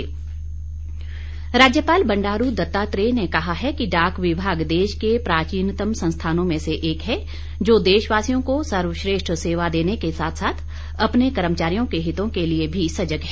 राज्यपाल राज्यपाल बंडारू दत्तात्रेय ने कहा है कि डाक विभाग देश के प्राचीनतम संस्थानों में से एक है जो देशवासियों को सर्वश्रेष्ठ सेवा देने के साथ साथ अपने कर्मचारियों के हितों के लिए भी सजग है